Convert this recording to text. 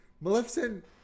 Maleficent